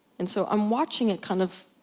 and so, i'm watching it kind of,